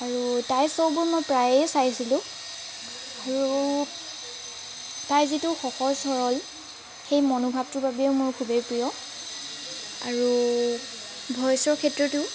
আৰু তাই শ্ববোৰ মই প্ৰায়ে চাইছিলোঁ আৰু তাইৰ যিটো সহজ সৰল এই মনোভাৱটোৰ বাবেও মোৰ খুবেই প্ৰিয় আৰু ভইচৰ ক্ষেত্ৰতো